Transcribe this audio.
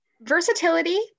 versatility